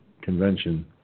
Convention